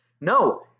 No